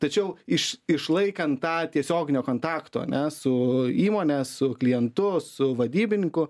tačiau iš išlaikant tą tiesioginio kontakto ane su įmone su klientu su vadybininku